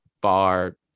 bar